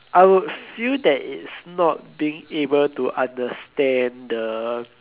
I would feel that it's not being able to understand the